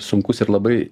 sunkus ir labai